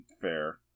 Fair